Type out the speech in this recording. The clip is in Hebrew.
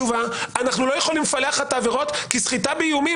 אנחנו לא יכולים לפלח את העבירות כי סחיטה באיומים